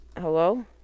Hello